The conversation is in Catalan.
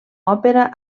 òpera